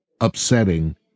upsetting